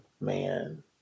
man